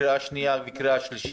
קריאה שנייה וקריאה שלישית.